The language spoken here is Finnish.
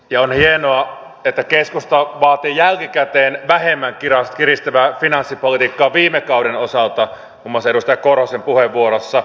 ja on hienoa että keskusta vaatii jälkikäteen vähemmän kiristävää finanssipolitiikkaa viime kauden osalta muun muassa edustaja korhosen puheenvuorossa